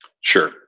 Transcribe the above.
Sure